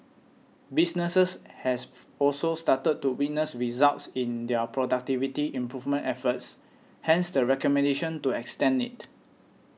businesses have also started to witness results in their productivity improvement efforts hence the recommendation to extend it